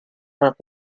vingt